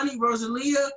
Rosalia